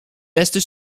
beste